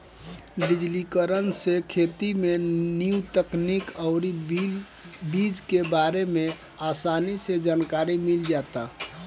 डिजिटलीकरण से खेती में न्या तकनीक अउरी बीज के बारे में आसानी से जानकारी मिल जाता